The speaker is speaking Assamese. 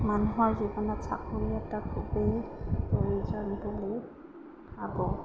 মানুহৰ জীৱনত চাকৰি এটাৰ খুবেই প্ৰয়োজন বুলি ভাবোঁ